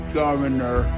governor